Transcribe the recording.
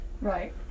Right